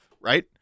right